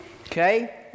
Okay